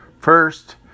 First